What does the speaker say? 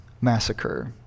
Massacre